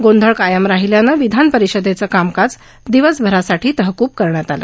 गोंधळ कायम राहिल्यानं विधानपरिषदेचं कामकाज दिवसभरासाठी तहकुब करण्यात आलं